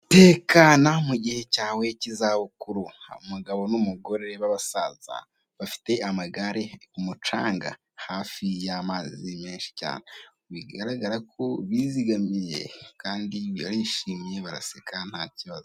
Tekana mu gihe cyawe cy'izabukuru, umugabo n'umugore b'abasaza bafite amagare ku mucanga hafi y'amazi menshi cyane, bigaragara ko bizigamiye kandi barishimye baraseka ntakibazo.